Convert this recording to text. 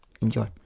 Enjoy